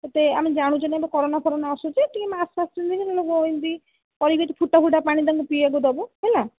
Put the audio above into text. ଏବେ ଆମେ ଜାଣୁଛେ ଆମେ କରୋନା ଫରୋନା ଆସୁଛି ଟିକେ ମାସ୍କ୍ ଫାସ୍କ୍ ପିନ୍ଧି ଏମିତି କରିକି ଫୁଟା ପାଣି ତାଙ୍କୁ ପିଇବାକୁ ଦେବ ହେଲା